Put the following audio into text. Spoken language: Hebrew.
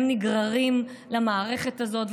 הם נגררים למערכת הזאת,